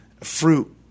fruit